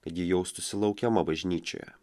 kad ji jaustųsi laukiama bažnyčioje